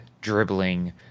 dribbling